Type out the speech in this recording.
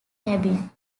cabin